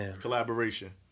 collaboration